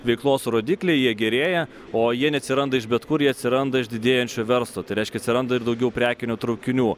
veiklos rodikliai jie gerėja o jie neatsiranda iš bet kur jie atsiranda iš didėjančio verslo tai reiškia atsiranda ir daugiau prekinių traukinių